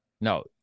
No